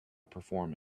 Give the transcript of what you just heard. performing